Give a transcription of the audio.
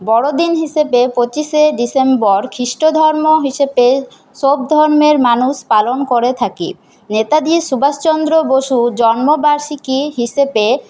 বড়দিন হিসেবে পঁচিশে ডিসেম্বর খ্রিষ্ট ধর্ম হিসেবে সব ধর্মের মানুষ পালন করে থাকি নেতাজি সুভাষ চন্দ্র বসু জন্ম বার্ষিকী হিসেবে